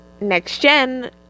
next-gen